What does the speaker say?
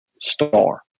star